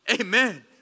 amen